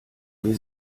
wir